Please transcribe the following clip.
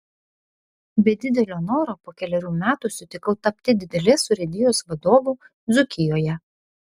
be didelio noro po kelerių metų sutikau tapti didelės urėdijos vadovu dzūkijoje